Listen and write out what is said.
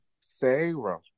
Sarah